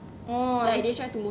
oo